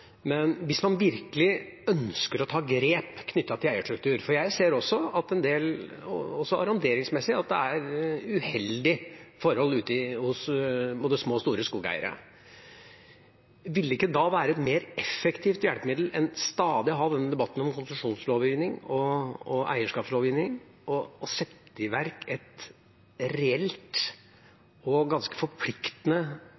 Hvis man virkelig ønsker å ta grep knyttet til eierstruktur – for jeg ser, også arronderingsmessig, at det er uheldige forhold ute hos både små og store skogeiere – ville det ikke da være et mer effektivt hjelpemiddel, heller enn stadig å ha denne debatten om konsesjonslovgivning og eierskapslovgivning, å sette i verk et